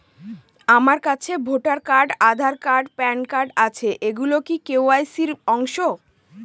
আমার কাছে voter card Aadhaar card PAN card আছে এগুলো কি কে.ওয়াই.সি র অংশ?